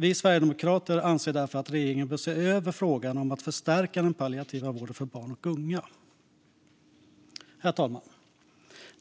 Vi sverigedemokrater anser därför att regeringen bör se över frågan om att förstärka den palliativa vården för barn och unga. Herr talman!